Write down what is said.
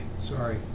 Sorry